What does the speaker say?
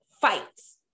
fights